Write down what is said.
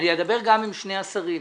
אני אדבר גם עם שני השרים.